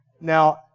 Now